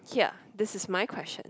here this is my question